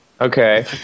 Okay